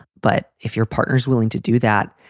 but if your partner is willing to do that,